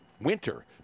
winter